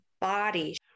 body